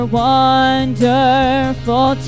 wonderful